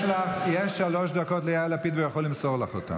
יש לי גם שלוש דקות וגם חמש דקות.